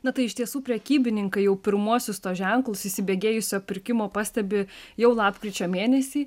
na tai iš tiesų prekybininkai jau pirmuosius tuos ženklus įsibėgėjusio pirkimo pastebi jau lapkričio mėnesį